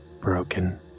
broken